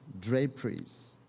draperies